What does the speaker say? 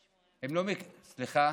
סליחה.